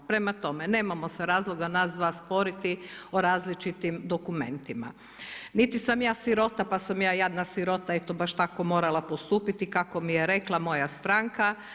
Prema tome, nemamo se razloga nas dva sporiti o različitim dokumentima niti sam ja sirota pa sam ja jadna sirota eto baš tako morala postupiti kako mi je rekla moja stranka.